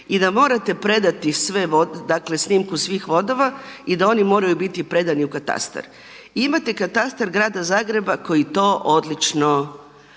i da morate predati snimku svih vodova i da oni moraju biti predani u katastar. Imate katastar grada Zagreba koji to odlično